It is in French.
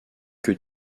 que